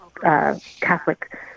Catholic